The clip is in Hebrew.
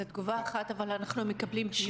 זה תגובה אחת, אבל אנחנו מקבלים פניות מהורים.